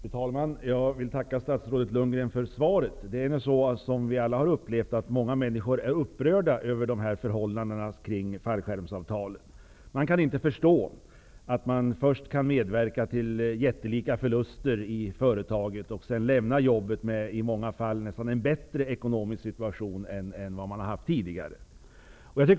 Fru talman! Jag vill tacka statsrådet Bo Lundgren för svaret. Vi har alla upplevt att många människor är upprörda över förhållandena kring fallskärmsavtalen. Man kan inte förstå att vissa personer först kan medverka till jättelika förluster i företaget och sedan lämna jobbet med en i många fall bättre ekonomisk situation än vad de har haft tidigare.